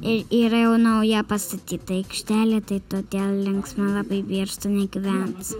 ir yra jau nauja pastatyta aikštelė tai todėl linksma labai birštone gyvent